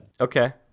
Okay